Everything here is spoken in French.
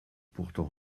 pourtant